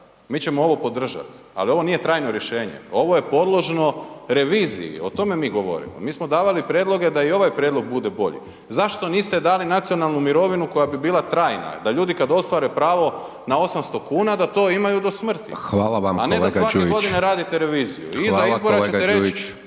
Mi ćemo ovo podržat, ali ovo nije trajno rješenje, ovo je podložno reviziji, o tome mi govorimo. Mi smo davali prijedloge da i ovaj prijedlog bude bolji. Zašto niste dali nacionalnu mirovinu koja bi bila trajna, da ljudi kad ostvare pravo na 800,00 kn da to imaju do smrti…/Upadica: Hvala vam kolega Đujić/…